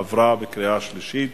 עברה בקריאה שלישית,